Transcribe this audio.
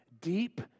deep